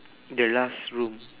the last room